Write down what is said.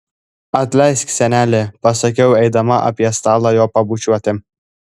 atleisk seneli pasakiau eidama apie stalą jo pabučiuoti